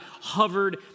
hovered